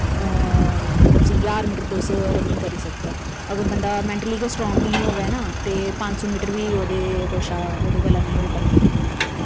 मतलब सी ज्हार मीटर तुसे रनिंग करी सकचै अगर बंदा मैन्टली गै स्ट्रांग निं होवै ना ते पंज सौ मीटर बी उ'दे कशा उ'दे कोला निं होई पांदी रनिंग